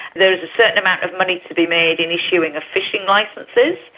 there is a certain amount of money to be made in issuing of fishing licences,